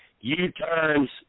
U-turns